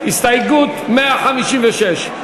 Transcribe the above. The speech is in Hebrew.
הסתייגות 156,